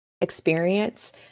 experience